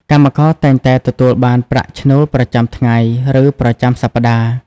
កម្មករតែងតែទទួលបានប្រាក់ឈ្នួលប្រចាំថ្ងៃឬប្រចាំសប្តាហ៍។